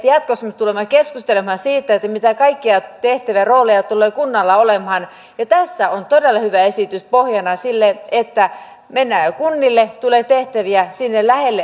jatkossa me tulemme keskustelemaan siitä mitä kaikkia tehtäviä rooleja tulee kunnalla olemaan ja tässä on todella hyvä esitys pohjana sille että kunnille sinne lähelle tulee tehtäviä hoidettavaksi